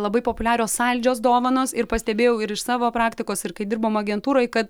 labai populiarios saldžios dovanos ir pastebėjau ir iš savo praktikos ir kai dirbom agentūroj kad